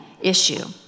issue